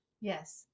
yes